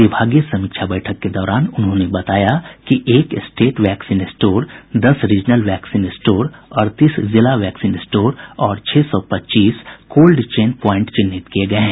विभागीय समीक्षा बैठक के दौरान उन्होंने बताया कि एक स्टेट वैक्सीन स्टोर दस रीजनल वैक्सीन स्टोर अड़तीस जिला वैक्सीन स्टोर और छह सौ पच्चीस कोल्ड चेन प्वाईंट चिन्हित किये गये हैं